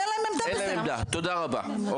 אין להם עמדה, אוקיי.